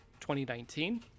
2019